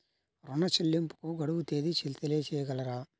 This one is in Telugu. ఋణ చెల్లింపుకు గడువు తేదీ తెలియచేయగలరా?